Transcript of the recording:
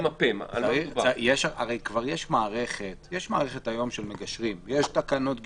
הרי כבר יש מערכת של מגשרים, יש תקנות גישור.